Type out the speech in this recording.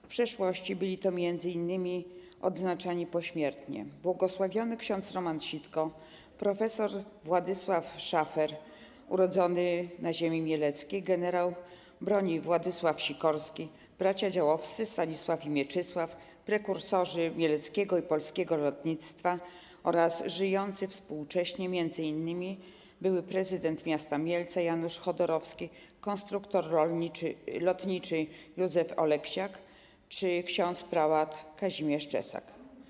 W przeszłości byli to m.in. odznaczeni pośmiertnie bł. ks. Roman Sitko, prof. Władysław Szafer - urodzony na ziemi mieleckiej, gen. broni Władysław Sikorski, bracia Działowscy - Stanisław i Mieczysław, prekursorzy mieleckiego i polskiego lotnictwa, oraz żyjący współcześnie m.in. były prezydent miasta Mielca Janusz Chodorowski, konstruktor lotniczy Józef Oleksiak czy ks. prałat Kazimierz Czesak.